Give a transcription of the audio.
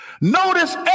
Notice